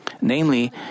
namely